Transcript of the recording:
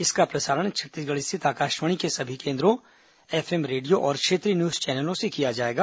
इसका प्रसारण छत्तीसगढ़ स्थित आकाशवाणी के सभी केन्द्रों एफएम और क्षेत्रीय न्यूज चैनलों से किया जाएगा